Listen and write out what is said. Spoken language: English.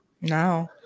No